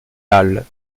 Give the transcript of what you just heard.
halles